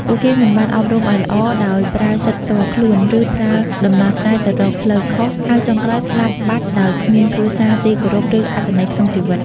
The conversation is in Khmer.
ពួកគេមិនបានអប់រំឲ្យល្អ ដោយប្រើសិទ្ធិផ្ទាល់ខ្លួន ឬប្រើដំណោះស្រាយទៅរកផ្លូវខុស ហើយចុងក្រោយស្លាប់បាត់ដោយគ្មានគ្រួសារទីគោរព ឬអត្ថន័យក្នុងជីវិត។